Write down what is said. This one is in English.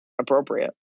appropriate